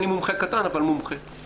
אני מומחה קטן אבל מומחה.